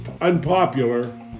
unpopular